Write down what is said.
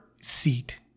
seat